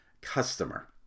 customer